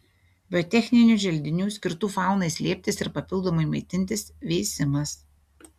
biotechninių želdinių skirtų faunai slėptis ir papildomai maitintis veisimas